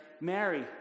Mary